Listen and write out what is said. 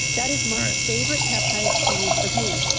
that is my favorite peptide to use for pain,